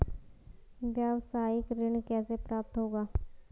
व्यावसायिक ऋण कैसे प्राप्त होगा?